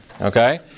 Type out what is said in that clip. Okay